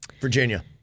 Virginia